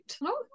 No